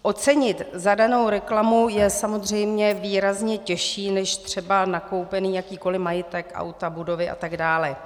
Ocenit zadanou reklamu je samozřejmě výrazně těžší než třeba nakoupený jakýkoliv majetek, auta, budovy atd.